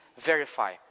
verify